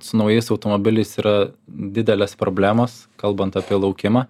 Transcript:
su naujais automobiliais yra didelės problemos kalbant apie laukimą